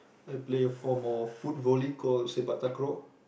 I play for more foot volley called Sepak-Takraw